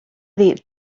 dit